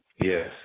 yes